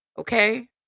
okay